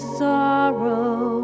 sorrow